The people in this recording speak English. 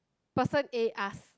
person A ask